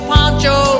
Poncho